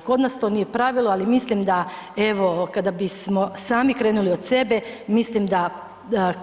Kod nas to nije pravilo, ali mislim da evo kada bismo sami krenuli od sebe, mislim da